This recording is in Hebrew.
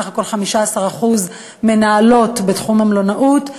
בסך הכול 15% מנהלות בתחום המלונאות,